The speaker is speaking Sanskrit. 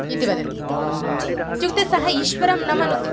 इति वदति इत्युक्ते सः ईश्वरं न मनुते